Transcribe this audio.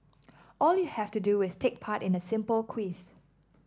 all you have to do is take part in a simple quiz